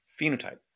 phenotype